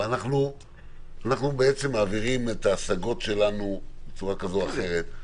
אנחנו מעבירים את ההשגות שלנו בצורה כזו או אחרת.